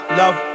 love